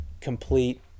complete